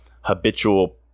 habitual